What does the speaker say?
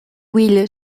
will